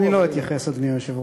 זה אפשרי,